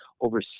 over